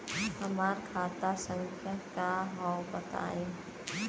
हमार खाता संख्या का हव बताई?